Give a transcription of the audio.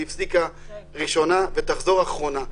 היא הפסיקה ראשונה ותחזור אחרונה.